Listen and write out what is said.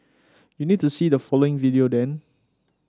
you need to see the following video then